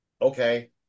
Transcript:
okay